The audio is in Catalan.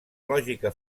lògica